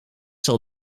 zal